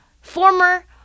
former